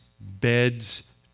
beds